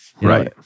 Right